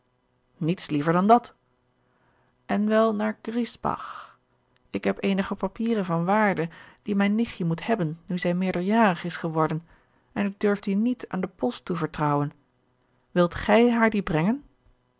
niets liever dan dat en wel naar griesbach ik heb eenige papieren van waarde die mijn nichtje moet hebben nu zij meerderjarig is geworden en ik durf die niet aan de post toevertrouwen wilt gij haar die brengen